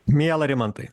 miela rimantai